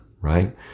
right